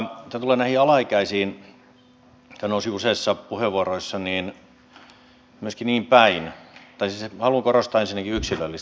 mitä tulee näihin alaikäisiin mitkä nousivat useissa puheenvuoroissa niin haluan korostaa ensinnäkin yksilöllistä käsittelyä